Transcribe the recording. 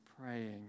praying